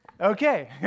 Okay